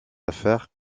affaires